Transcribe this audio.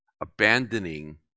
abandoning